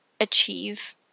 achieve